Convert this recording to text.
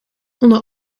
onder